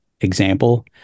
example